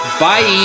bye